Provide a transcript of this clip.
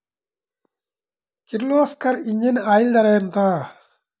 Kirloskar engine oil ధర ఎంత?